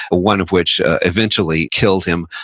one of which eventually killed him.